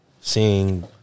seeing